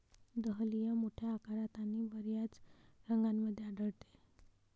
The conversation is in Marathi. दहलिया मोठ्या आकारात आणि बर्याच रंगांमध्ये आढळते